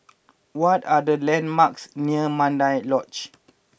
what are the landmarks near Mandai Lodge